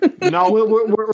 No